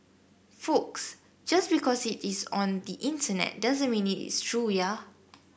folks just because it is on the Internet doesn't mean it is true ya